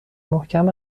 محکم